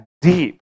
deep